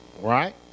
right